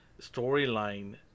storyline